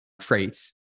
traits